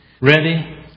Ready